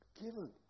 given